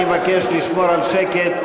אני מבקש לשמור על שקט.